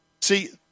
See